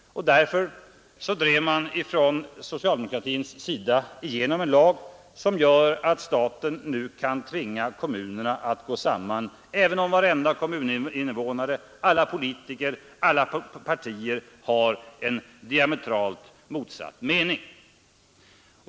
Därför drev man från socialdemokratins sida igenom en lag som gör att staten nu kan tvinga kommunerna att gå samman, även om varenda kommuninvånare, alla politiker och alla partier har en diametralt motsatt mening.